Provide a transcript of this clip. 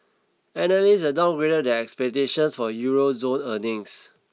analysts have downgraded their expectations for Euro zone earnings